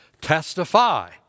testify